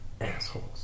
Assholes